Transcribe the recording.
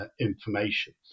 information